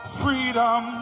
freedom